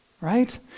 right